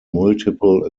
multiple